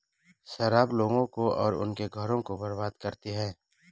शराब लोगों को और उनके घरों को बर्बाद करती है